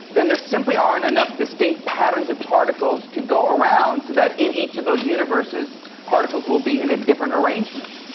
then there simply aren't enough distinct patterns of particles to go around so that in each of those universes particles will be in a different arrangement.